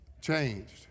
changed